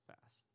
fast